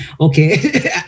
Okay